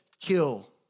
kill